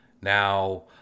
Now